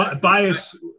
bias